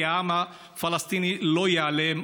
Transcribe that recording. כי העם הפלסטיני לא ייעלם.